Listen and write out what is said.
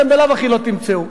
אתם בלאו הכי לא תמצאו,